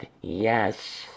Yes